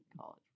college